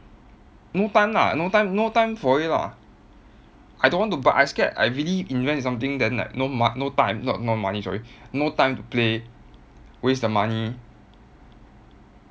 no time lah no time no time for it lah I don't want to buy I scared I really invest in something then like no mo~ no time not not money sorry no time to play waste the money